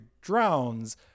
drowns